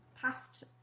past